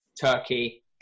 Turkey